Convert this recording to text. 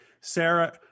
sarah